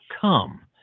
come